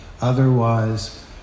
Otherwise